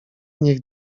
niech